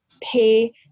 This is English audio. pay